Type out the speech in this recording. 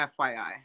FYI